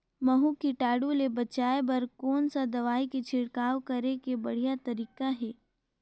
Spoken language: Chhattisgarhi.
महू कीटाणु ले बचाय बर कोन सा दवाई के छिड़काव करे के बढ़िया तरीका हे?